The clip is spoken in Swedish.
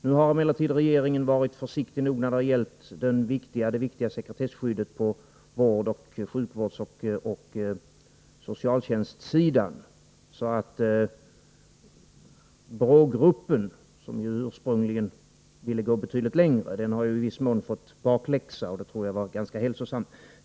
Nu har emellertid regeringen varit försiktig nog när det gällt det viktiga sekretesskyddet på sjukvårdsoch socialtjänstsidan; BRÅ-gruppen, som ju ursprungligen ville gå betydligt längre, har i viss mån fått bakläxa, och det tror jag var ganska hälsosamt.